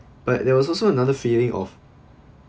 but there was also another feeling of